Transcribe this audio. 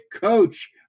coach